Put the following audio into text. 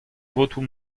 votoù